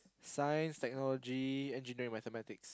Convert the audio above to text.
science technology engineering mathematics